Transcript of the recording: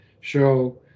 show